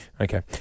Okay